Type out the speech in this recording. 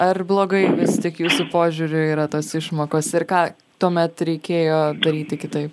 ar blogai vis tik jūsų požiūriu yra tos išmokos ir ką tuomet reikėjo daryti kitaip